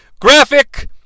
Graphic